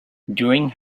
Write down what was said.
during